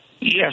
Yes